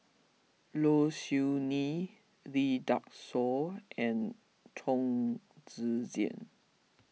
Low Siew Nghee Lee Dai Soh and Chong Tze Chien